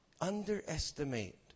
underestimate